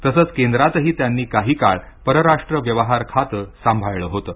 तसंच केंद्रातही त्यांनी काही काळ परराष्ट्र व्यवहार खातं सांभाळलं होतं